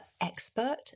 expert